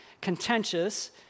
contentious